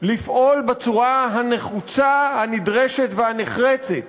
לפעול בצורה הנחוצה הנדרשת והנחרצת